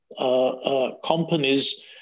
companies